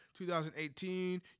2018